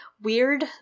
weird